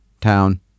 town